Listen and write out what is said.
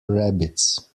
rabbits